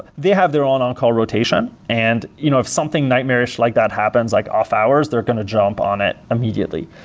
they have their own on-call rotation, and you know if something nightmarish like that happens, like off-hours, they're going to jump on it immediately.